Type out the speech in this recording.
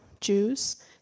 Jews